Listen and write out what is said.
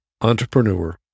entrepreneur